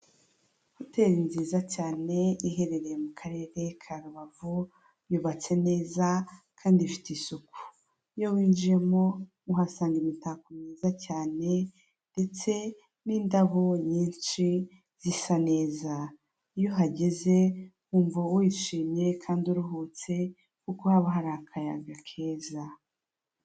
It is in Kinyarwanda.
Hoteli nziza cyane iherereye mu karere ka Rubavu yubatse neza kandi ifite isuku, iyo winjiyemo uhasanga imitako myiza cyane ndetse n'indabo nyinshi zisa neza, iyo uhageze wumva wishimye kandi uruhutse kuko haba hari akayaga keza.